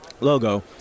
logo